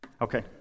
Okay